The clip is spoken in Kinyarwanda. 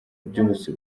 byose